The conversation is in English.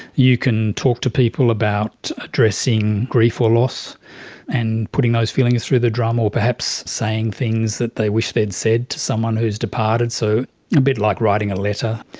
you can talk to people about addressing grief or loss and putting those feelings through the drum or perhaps saying things that they wish they had said to someone who has departed, so a bit like writing a letter.